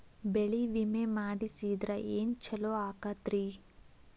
ಬೆಳಿ ವಿಮೆ ಮಾಡಿಸಿದ್ರ ಏನ್ ಛಲೋ ಆಕತ್ರಿ?